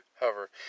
hover